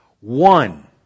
One